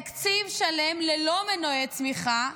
תקציב שלם ללא מנועי צמיחה,